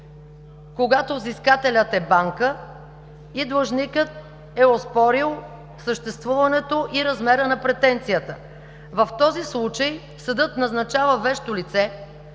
когато взискателят е банка и длъжникът е оспорил съществуването и размера на претенцията. В този случай съдът назначава вещо лице,